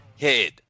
head